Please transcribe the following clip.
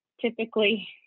typically